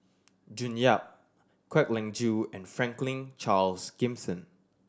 June Yap Kwek Leng Joo and Franklin Charles Gimson